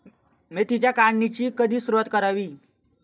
मेथीच्या काढणीची कधी सुरूवात करावी?